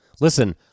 Listen